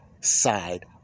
side